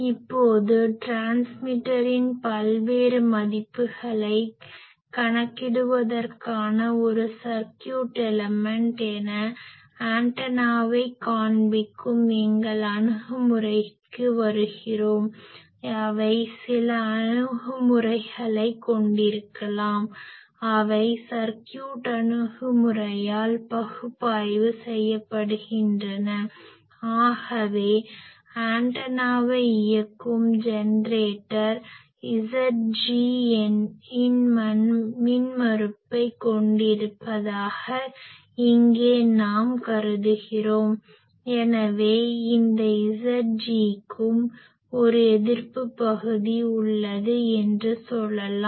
இப்போது டிரான்ஸ்மிட்டரின் பல்வேறு மதிப்புகளைக் கணக்கிடுவதற்கான ஒரு சர்க்யூட் எலிமென்ட் என ஆண்டெனாவைக் காண்பிக்கும் எங்கள் அணுகுமுறைக்கு வருகிறோம் அவை சில அணுகுமுறைகளைக் கொண்டிருக்கலாம் அவை சர்க்யூட் அணுகுமுறையால் பகுப்பாய்வு செய்யப்படுகின்றன ஆகவே ஆன்டெனாவை இயக்கும் ஜெனரேட்டர் Zg இன் மின்மறுப்பைக் கொண்டிருப்பதாக இங்கே நாம் கருதுகிறோம் எனவே இந்த Zg க்கும் ஒரு எதிர்ப்பு பகுதி உள்ளது என்று சொல்லலாம்